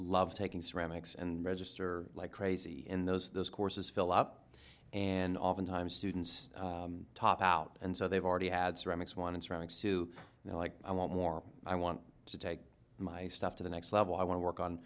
love taking ceramics and register like crazy in those those courses fill up and oftentimes students top out and so they've already had ceramics want to ceramics to you know like i want more i want to take my stuff to the next level i want to work on